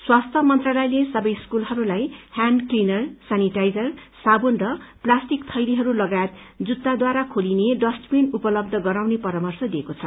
स्वास्थ्य मन्त्रालयले सबै स्कूलहरूलाई हयाण्ड क्लिनर सेनिटाइजर साबुन र प्लास्टिक थैलीहरू लगायत खुट्टाद्वारा खोलिने डस्टबिन उपलब्ध गराउन परामर्श दिइएको छ